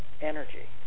energy